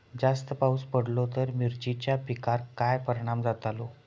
जास्त पाऊस पडलो तर मिरचीच्या पिकार काय परणाम जतालो?